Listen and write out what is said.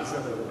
מה זה הדבר הזה?